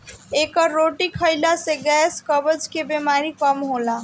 एकर रोटी खाईला से गैस, कब्ज के बेमारी कम होला